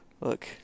Look